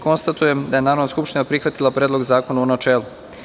Konstatujem da je Narodna skupština većinom glasova prihvatila Predlog zakona, u načelu.